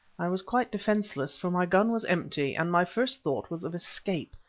i was quite defenceless, for my gun was empty, and my first thought was of escape.